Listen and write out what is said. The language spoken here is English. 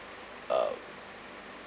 um